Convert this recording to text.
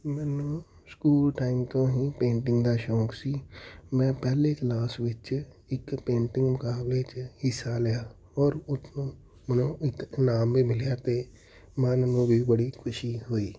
ਮੈਨੂੰ school time ਤੋਂ ਹੀ ਪੇਂਟਿੰਗ ਦਾ ਸ਼ੌਕ ਸੀ ਮੈਂ ਪਹਿਲੀ ਕਲਾਸ ਵਿੱਚ ਇੱਕ ਪੇਂਟਿੰਗ ਮੁਕਾਬਲੇ 'ਚ ਹਿੱਸਾ ਲਿਆ ਔਰ ਉਸਨੂੰ ਨੂੰ ਇੱਕ ਇਨਾਮ ਵੀ ਮਿਲਿਆ ਅਤੇ ਮਨ ਨੂੰ ਵੀ ਬੜੀ ਖੁਸ਼ੀ ਹੋਈ